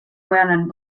learning